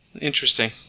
interesting